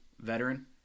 veteran